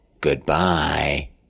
Goodbye